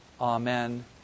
Amen